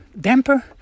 damper